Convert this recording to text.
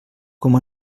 com